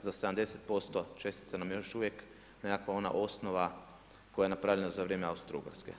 za 70% čestica nam još uvijek nekakva ona osnova koja je napravljena za vrijeme Austro-ugarske.